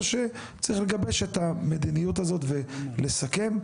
צריך לגבש את המדיניות הזאת ולסכם.